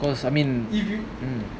cause I mean mm